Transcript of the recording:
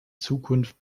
zukunft